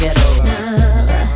love